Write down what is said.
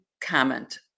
comment